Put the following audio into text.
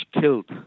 killed